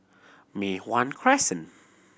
Mei Hwan Crescent